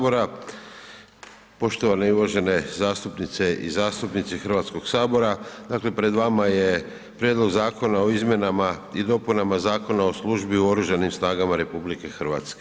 Poštovane i uvažene zastupnice i zastupnici HS, dakle pred vama je Prijedlog zakona o izmjenama i dopunama Zakona o službi u oružanim snagama RH.